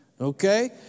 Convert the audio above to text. Okay